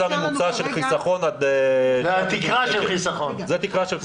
הממוצע של חיסכון --- זה התקרה של חיסכון.